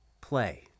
play